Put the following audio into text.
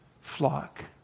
flock